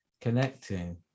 connecting